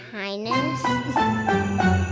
highness